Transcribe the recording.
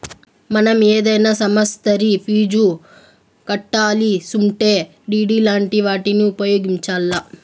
మనం ఏదైనా సమస్తరి ఫీజు కట్టాలిసుంటే డిడి లాంటి వాటిని ఉపయోగించాల్ల